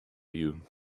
you